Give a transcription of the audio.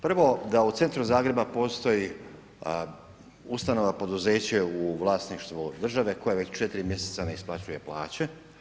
Prvo da u centru Zagreba postoji ustanova, poduzeće u vlasništvu države koja već 4 mjeseca ne isplaćuje plaće.